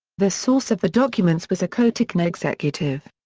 the source of the documents was a cotecna executive.